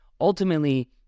Ultimately